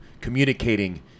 communicating